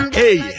hey